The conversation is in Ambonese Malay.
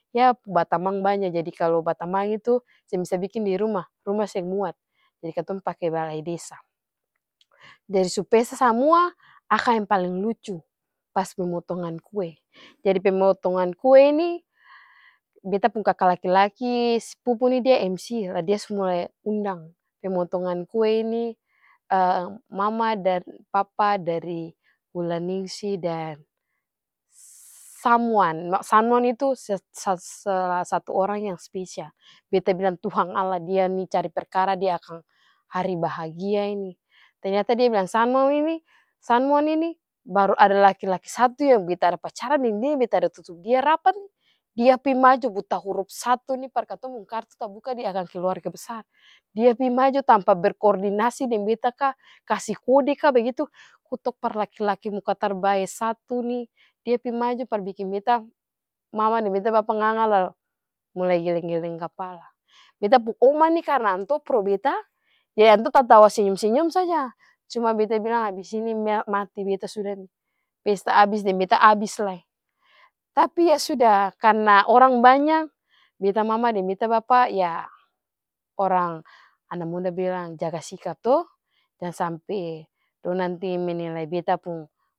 Ya batamang banya jadi kalu batamang itu seng bisa biking diruma ruma seng muat, jadi katong pake balai desa. Jadi su pesta samua akang yang paleng lucu pas pemotongan kue, jadi pemotongan kue ini beta pung kaka laki-laki spupu nih dia mc la dia sumulae undang pemotongan kue ini mama dan papa dari wulan ningsi dan samwan, samwan itu sa-salah satu orang yang spesial beta bilang tuhang allah dia nih cari perkara diakang hari bahagia ini, ternyata dia bilang samwan ini samwan ini baru ada laki-laki satu yang beta ada pacaran deng dia beta ada tutup dia rapat nih dia pi majo buta hurup satu nih par katong pung kartu tabuka diakang keluarga besar, dia pi majo tanpa berkordinasi deng beta ka, kasi kode ka bagitu kutok par laki-laki muka tarbae satu nih dia pi majo par biking beta mama deng beta bapa nganga lah mulai geleng-geleng kapala, beta pung oma nih karna antua pro beta jadi antua tatawa senyum-senyum saja cuma beta bilang abis ini mati beta suda ini pesta abis deng beta abis lai. Tapi yah suda karna orang banya beta mama deng beta bapa yah orang ana muda bilang jaga sikap to jang sampe dong nanti menilai beta pung.